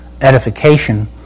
edification